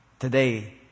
Today